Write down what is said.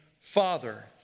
father